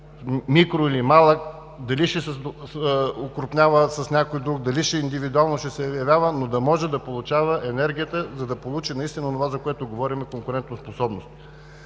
микро или малък, дали ще се окрупнява с някой друг, дали индивидуално ще се явява, но да може да получава енергията, за да получи наистина онова, за което говорим – конкурентоспособност.